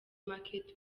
market